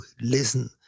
listen